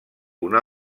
una